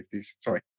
sorry